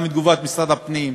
גם תגובת משרד הפנים,